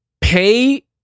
pay